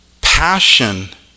passion